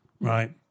right